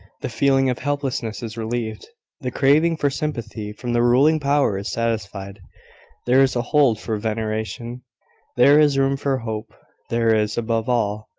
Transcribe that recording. the feeling of helplessness is relieved the craving for sympathy from the ruling power is satisfied there is a hold for veneration there is room for hope there is, above all,